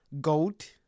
goat